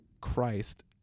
Christ